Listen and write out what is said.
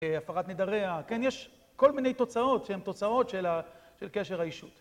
הפרת נדריה. כן? יש כל מיני תוצאות שהן תוצאות של קשר האישות.